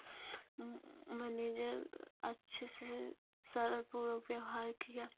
manager अच्छे से सारा पूरा व्यवहार किया